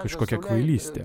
kažkokia kvailystė